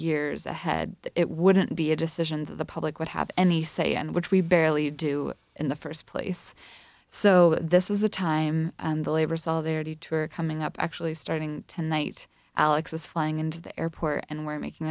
years ahead it wouldn't be a decision that the public would have any say and which we barely do in the first place so this is the time the labor solidarity two are coming up actually starting tonight alex is flying into the airport and we're making